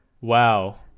Wow